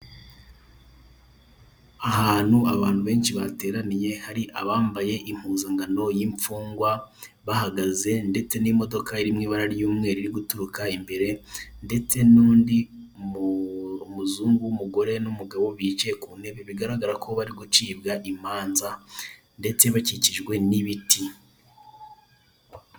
Ahantu abantu benshi bateraniye hari abambaye impuzangano y'imgungwa bahagaze ndetse n'imodoka iri mw'ibara ry'umweru iri guturuka imbere, ndetse n'undi muzungu w'umugore n'umugabo bicayeku ntebe. Bigaragara ko bari gucibwa imanza, ndetse bakikijwe n'ibiti.